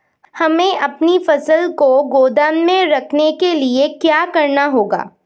हमें अपनी फसल को गोदाम में रखने के लिये क्या करना होगा?